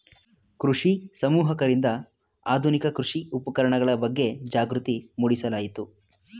ಕೃಷಿ ಸಮೂಹಕರಿಂದ ಆಧುನಿಕ ಕೃಷಿ ಉಪಕರಣಗಳ ಬಗ್ಗೆ ಜಾಗೃತಿ ಮೂಡಿಸಲಾಯಿತು